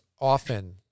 often